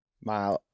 my-